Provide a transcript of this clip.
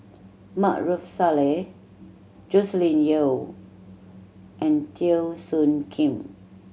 Maarof Salleh Joscelin Yeo and Teo Soon Kim